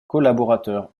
collaborateur